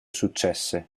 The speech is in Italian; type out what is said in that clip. successe